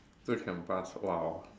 still can pass !wow!